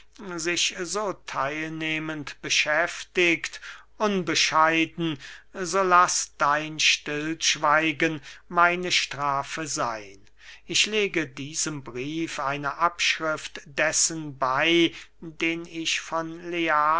sich so theilnehmend beschäftigt unbescheiden so laß dein stillschweigen meine strafe seyn ich lege diesem brief eine abschrift dessen bey den ich von